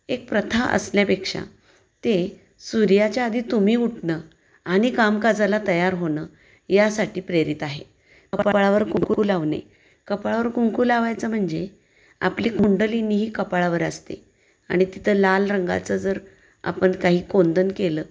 एक प्रथा असण्यापेक्षा ते सूर्याच्या आधी तुम्ही उठणं आणि कामकाजाला तयार होणं यासाठी प्रेरित आहे कपाळावर कुंकू लावणे कपाळावर कुंकू लावायचं म्हणजे आपली कुंडलींनीही कपाळावर असते आणि तिथं लाल रंगाचं जर आपण काही कोंदण केलं